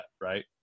right